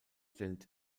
stellt